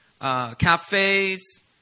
cafes